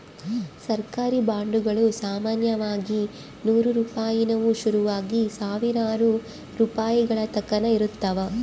ಸರ್ಕಾರಿ ಬಾಂಡುಗುಳು ಸಾಮಾನ್ಯವಾಗಿ ನೂರು ರೂಪಾಯಿನುವು ಶುರುವಾಗಿ ಸಾವಿರಾರು ರೂಪಾಯಿಗಳತಕನ ಇರುತ್ತವ